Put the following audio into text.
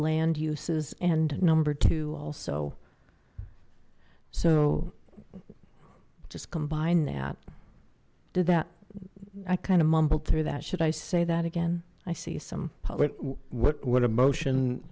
land uses and number two also so just combine that did that i kind of mumbled through that should i say that again i see some but what would a motion